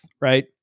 right